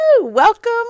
welcome